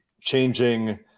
changing